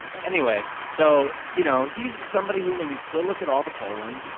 anyway, so, you know, he's somebody who, when you still look at all the polling,